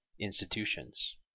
institutions